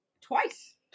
twice